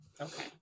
okay